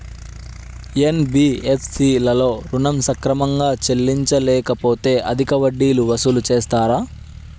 NBFC లలో ఋణం సక్రమంగా చెల్లించలేకపోతె అధిక వడ్డీలు వసూలు చేస్తారా?